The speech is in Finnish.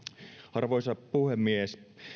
arvoisa puhemies